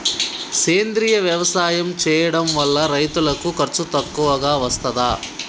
సేంద్రీయ వ్యవసాయం చేయడం వల్ల రైతులకు ఖర్చు తక్కువగా వస్తదా?